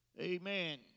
amen